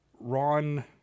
Ron